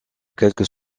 quelques